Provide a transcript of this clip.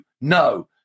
No